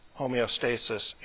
homeostasis